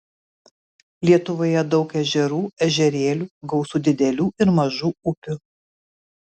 lietuvoje daug ežerų ežerėlių gausu didelių ir mažų upių